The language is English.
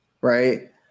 right